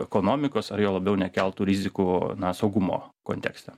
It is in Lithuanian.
ekonomikos ar juo labiau nekeltų rizikų na saugumo kontekste